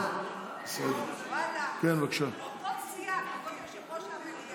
אבל היא כל הזמן עושה לך